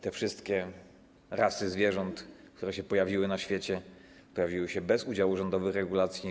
Te wszystkie rasy zwierząt, które pojawiły się na świecie, pojawiły się bez udziału rządowych regulacji.